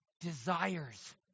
desires